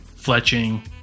fletching